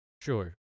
Sure